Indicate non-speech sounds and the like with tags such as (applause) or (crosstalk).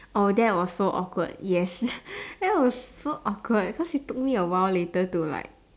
oh that was so awkward yes (laughs) that was so awkward cause it took me a while later to like